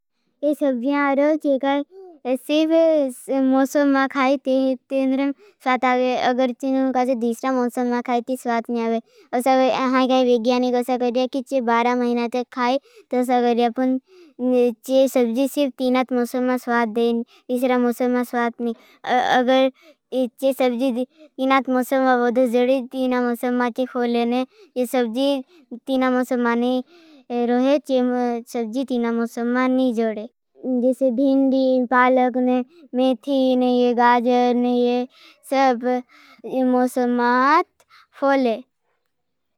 ये सब्जियां रोज सिर्फ मौसममा खाय। तीन दिन बाद अगर दूसरा मौसम मा खाय स्वाद नही आवे। असा काई वैज्ञानिक से कहि करिया की बारह महीना तक खाए तसे करे। अपन यह चीज सिर्फ तीन मौसम मां स्वाद देनी। तीसरा मौसम मां स्वाद नही गया। चीज सब्जी तीन आठ मौसम है। बहुत ज्यादा तीन मौसम मा फूले ने यह सब्जी । तीन मौसम ने रोहत सिंह मे सब्जी। तीन मौसम मा नीच जोड़े जैस भिंडी, पालक, मेथी ने, गाजर ने यह सब मौसम मा फूले।